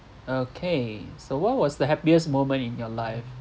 okay so what was the happiest moment in your life